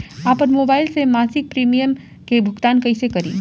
आपन मोबाइल से मसिक प्रिमियम के भुगतान कइसे करि?